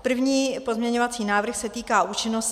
První pozměňovací návrh se týká účinnosti.